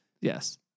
Yes